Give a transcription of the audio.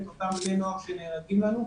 את אותם בני נוער שנהרגים לנו,